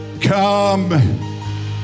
come